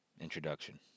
Introduction